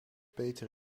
peter